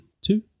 two